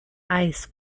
ice